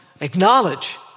acknowledge